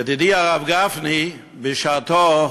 ידידי הרב גפני, בשעתו,